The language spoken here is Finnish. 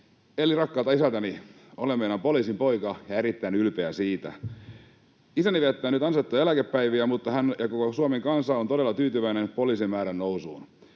eli rakkaalta isältäni. Olen meinaan poliisin poika ja erittäin ylpeä siitä. Isäni viettää nyt ansaittuja eläkepäiviä, mutta hän — ja koko Suomen kansa — on todella tyytyväinen poliisimäärän nousuun.